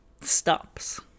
stops